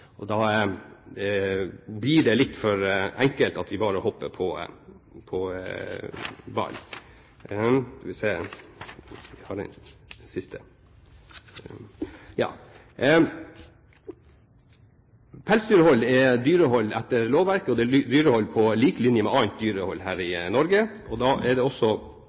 Da blir det litt for enkelt at vi bare hopper på en ball. Pelsdyrhold er dyrehold etter lovverk, og det er dyrehold på lik linje med annet dyrehold her i Norge. Da er det også